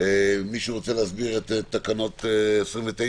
מישהו רוצה להסביר את תיקון מס' 29?